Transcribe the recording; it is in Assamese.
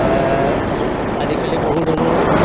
আজিকালি বহু ধৰণৰ